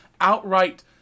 outright